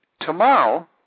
Tomorrow